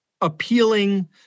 appealing